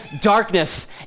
darkness